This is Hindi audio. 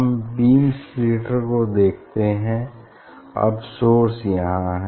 हम बीम स्प्लिटर से देखते हैं अब सोर्स यहाँ है